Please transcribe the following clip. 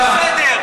תודה.